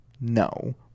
No